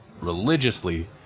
religiously